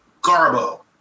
garbo